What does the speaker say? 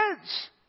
kids